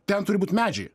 ten turi būt medžiai